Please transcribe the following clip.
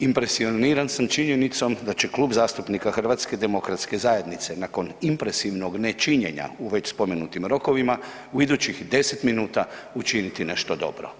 Impresioniran sam činjenicom da će Klub zastupnika HDZ-a nakon impresivnog nečinjenja u već spomenutim rokovima u idućih 10 minuta učiniti nešto dobro.